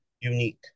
unique